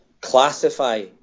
classify